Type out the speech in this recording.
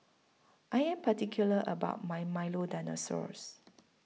I Am particular about My Milo Dinosaurs